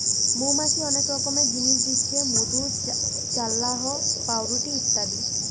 মৌমাছি অনেক রকমের জিনিস দিচ্ছে মধু, চাল্লাহ, পাউরুটি ইত্যাদি